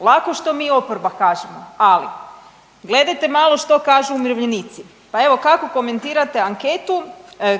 lako što mi oporba kažemo ali gledajte malo što kažu umirovljenici, pa evo kako komentirate anketu